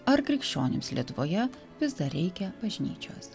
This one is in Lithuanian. ar krikščionims lietuvoje vis dar reikia bažnyčios